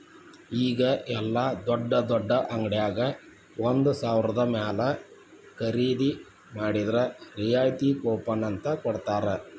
ಈಗ ಯೆಲ್ಲಾ ದೊಡ್ಡ್ ದೊಡ್ಡ ಅಂಗಡ್ಯಾಗ ಒಂದ ಸಾವ್ರದ ಮ್ಯಾಲೆ ಖರೇದಿ ಮಾಡಿದ್ರ ರಿಯಾಯಿತಿ ಕೂಪನ್ ಅಂತ್ ಕೊಡ್ತಾರ